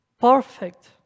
perfect